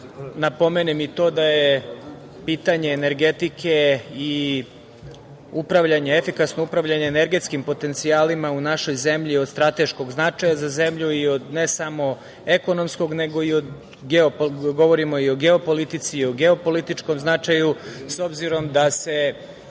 napomenem i to da je pitanje energetike i upravljanje, efikasno upravljanje energetskim potencijalima u našoj zemlji od strateškog značaja za zemlju i ne samo od ekonomskog nego i o, govorimo i o geopolitici,